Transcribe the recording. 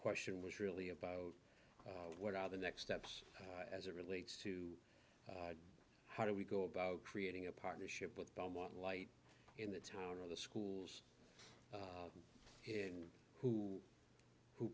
question was really about what are the next steps as it relates to how do we go about creating a partnership with belmont light in the town or the schools in who who